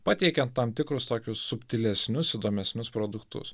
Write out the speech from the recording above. pateikiant tam tikrus tokius subtilesnius įdomesnius produktus